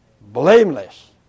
blameless